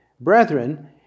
Brethren